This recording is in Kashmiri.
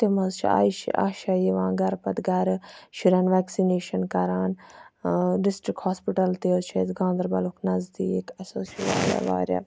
تِم حظ چھِ آشایہِ یِوان گَرٕ پَتہٕ گَرٕ شُرٮ۪ن ویٚکسِنیشَن کَران ڈِسٹرک ہوسپِٹَل تہِ حظ چھُ اَسہِ گاندَربَلُک نَزدیٖک اَسہِ حظ چھُ واریاہ واریاہ